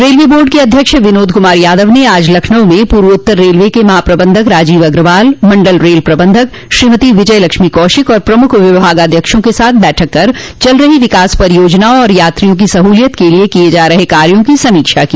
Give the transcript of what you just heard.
railway board के अध्यक्ष विनोद कुमार यादव ने आज लखनऊ में पूर्वोत्तर रेलवे के महाप्रबंधक राजीव अग्रवाल मंडल रेल प्रबंधक श्रीमती विजयलक्ष्मी कौशिक और प्रमुख विभागाध्यक्षों के साथ बैठक कर चल रही विकास परियोजनाओं और यात्रियों की सहूलियत के लिये किये जा रहे कार्यो की समीक्षा की